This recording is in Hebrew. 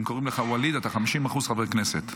אם קוראים לך וליד, אתה 50% חבר כנסת.